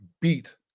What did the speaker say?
beat